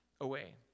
away